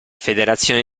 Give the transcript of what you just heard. federazione